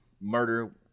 murder